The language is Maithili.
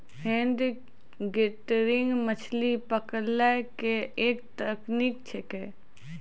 हेन्ड गैदरींग मछली पकड़ै के एक तकनीक छेकै